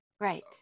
right